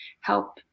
help